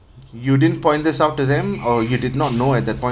you didn't point this out to them or you did not know at that point